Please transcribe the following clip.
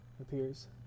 appears